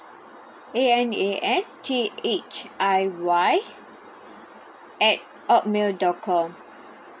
A N A N T H I Y at hotmail dot com